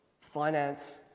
finance